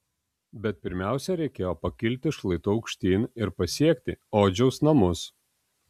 bet pirmiausia reikėjo pakilti šlaitu aukštyn ir pasiekti odžiaus namus